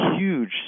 huge